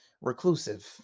reclusive